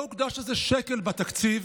לא הוקדש לזה שקל בתקציב,